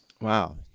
Wow